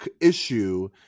issue